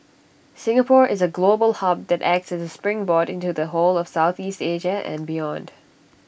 Singapore is A global hub that acts as springboard into the whole of Southeast Asia and beyond